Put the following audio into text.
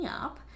up